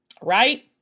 Right